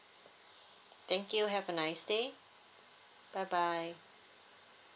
thank you have a nice day bye bye